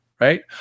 right